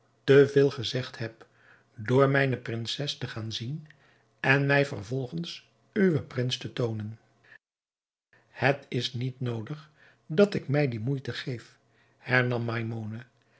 veel gezegd heb door mijne prinses te gaan zien en mij vervolgens uwen prins te toonen het is niet noodig dat ik mij die moeite geef